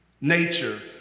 Nature